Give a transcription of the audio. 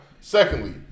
Secondly